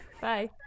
Bye